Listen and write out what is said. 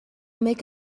make